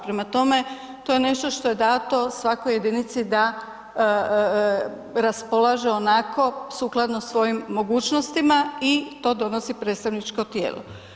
Prema tome, to je nešto što je dato svakoj jedinici da raspolaže onako sukladno svojim mogućnostima i to donosi predstavničko tijelo.